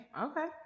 Okay